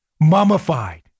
mummified